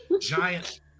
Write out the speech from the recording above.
giant